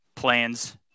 plans